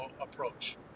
approach